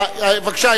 אה, בבקשה.